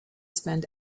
spend